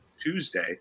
Tuesday